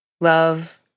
love